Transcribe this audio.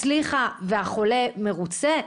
הצליחה והחולה מרוצה?